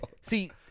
See